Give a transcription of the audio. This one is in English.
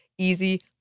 easy